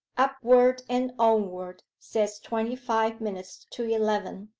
upward and onward says twenty-five minutes to eleven.